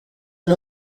ari